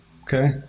Okay